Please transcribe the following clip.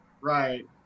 right